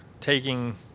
taking